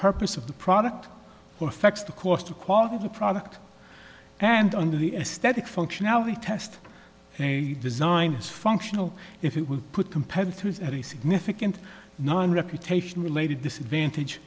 purpose of the product or affects the cost of quality of the product and under the aesthetic functionality test a design is functional if it would put competitors at a significant nine reputation related disadvantage